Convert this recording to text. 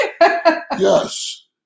Yes